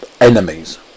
enemies